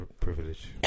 privilege